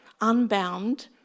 unbound